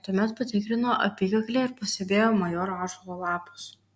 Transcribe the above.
tuomet patikrino apykaklę ir pastebėjo majoro ąžuolo lapus